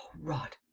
rot.